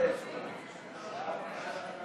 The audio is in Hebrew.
סעיפים 1 12